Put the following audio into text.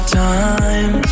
time